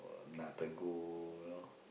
uh nak tegur you know